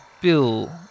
Bill